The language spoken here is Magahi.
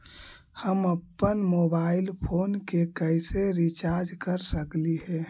हम अप्पन मोबाईल फोन के कैसे रिचार्ज कर सकली हे?